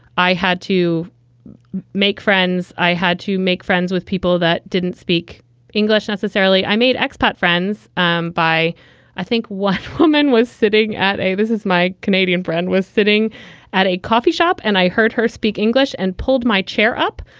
i had to make friends. i had to make friends with people that didn't speak english necessarily. i made expat friends um by i think one woman was sitting at. this is my canadian friend was sitting at a coffee shop and i heard her speak english and pulled my chair up,